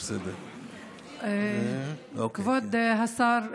כבוד השר,